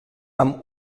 amb